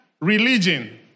religion